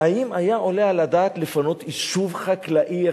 האם היה עולה על הדעת לפנות יישוב חקלאי אחד?